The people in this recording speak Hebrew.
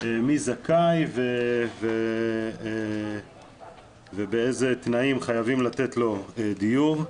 מי זכאי ובאיזה תנאים חייבים לתת לו דיור.